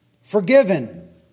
Forgiven